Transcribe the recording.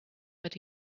but